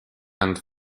and